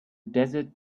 desert